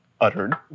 uttered